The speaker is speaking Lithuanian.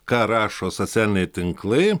ką rašo socialiniai tinklai